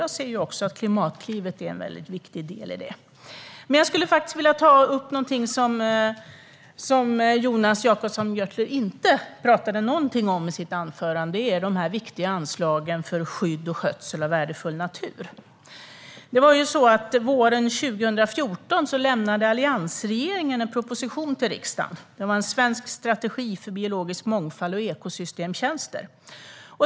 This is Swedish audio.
Jag ser också att Klimatklivet är en viktig del i det. Jag skulle vilja ta upp något som Jonas Jacobsson Gjörtler inte sa något om i sitt anförande, nämligen de viktiga anslagen för skydd och skötsel av värdefull natur. Våren 2014 lämnade alliansregeringen en proposition till riksdagen. Det var en svensk strategi för biologisk mångfald och ekosystemtjänster.